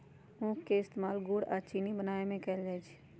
उख के इस्तेमाल गुड़ आ चिन्नी बनावे में कएल जाई छई